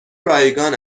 رایگان